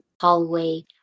Hallway